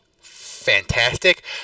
fantastic